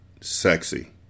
sexy